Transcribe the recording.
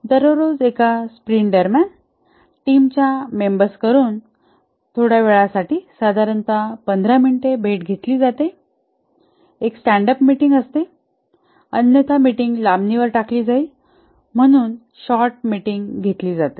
दररोज एका स्प्रिंट दरम्यान टीमच्या मेंबर्सकडून थोड्या वेळासाठी साधारणत १५ मिनिटे भेट घेतली जाते एक स्टँड अप मीटिंग असते अन्यथा मिटिंग लांबणीवर टाकली जाईल म्हणून शॉर्ट मीटिंग घेतली जाते